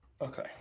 Okay